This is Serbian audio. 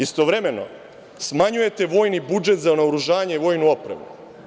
Istovremeno, smanjujete vojni budžet za naoružanje i vojnu opremu.